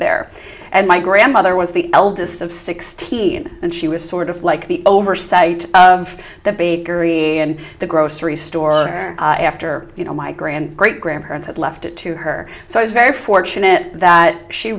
there and my grandmother was the eldest of sixteen and she was sort of like the oversight of the bakery and the grocery store or after you know my grandma great grandparents had left it to her so i was very fortunate that she